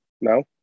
No